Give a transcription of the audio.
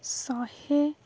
ଶହେ